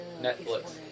Netflix